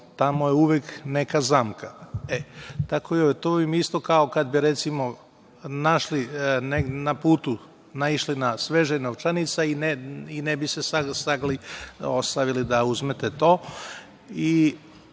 tamo je uvek neka zamka. Tako je to isto kao kada bi recimo našli na putu, naišli na sveže novčanice i ne bi se sagli da uzmete